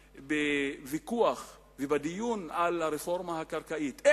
בוויכוח ובדיון על הרפורמה הקרקעית שאלנו